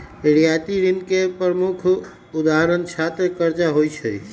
रियायती ऋण के प्रमुख उदाहरण छात्र करजा होइ छइ